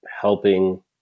helping